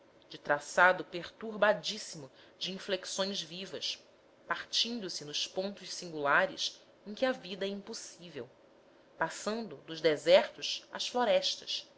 de traçado perturbadíssimo de inflexões vivas partindo se nos pontos singulares em que a vida é impossível passando dos desertos às florestas